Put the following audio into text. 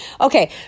Okay